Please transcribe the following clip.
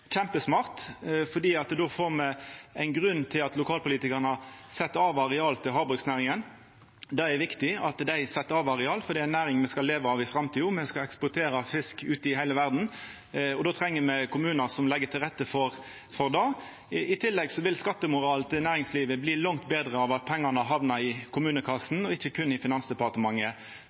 kjempesmart, for då får me ein grunn til at lokalpolitikarane set av areal til havbruksnæringa. Det er viktig at dei set av areal, for det er ei næring me skal leva av i framtida. Me skal eksportera fisk til heile verda, og då treng me kommunar som legg til rette for det. I tillegg vil skattemoralen i næringslivet bli langt betre av at inntektene hamnar i kommunekassa, ikkje berre i Finansdepartementet.